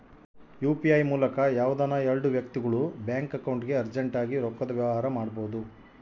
UPI ಮೂಲಕ ಯಾವ್ದನ ಎಲ್ಡು ವ್ಯಕ್ತಿಗುಳು ಬ್ಯಾಂಕ್ ಅಕೌಂಟ್ಗೆ ಅರ್ಜೆಂಟ್ ಆಗಿ ರೊಕ್ಕದ ವ್ಯವಹಾರ ಮಾಡ್ಬೋದು